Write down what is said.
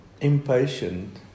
impatient